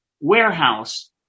warehouse